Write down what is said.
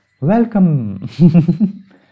Welcome